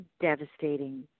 devastating